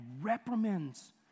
reprimands